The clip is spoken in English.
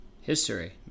History